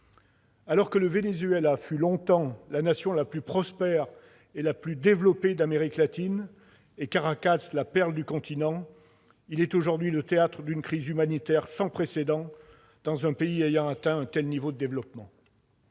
Alors que le Venezuela fut longtemps la nation la plus prospère et la plus développée d'Amérique latine, et Caracas la perle du continent, il est aujourd'hui le théâtre d'une crise humanitaire sans précédent dans un pays ayant atteint un tel niveau de développement.